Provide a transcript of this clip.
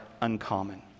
uncommon